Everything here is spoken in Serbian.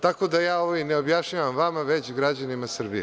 Tako da, ja ovo i ne objašnjavam vama, već građanima Srbije.